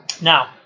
Now